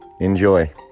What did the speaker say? Enjoy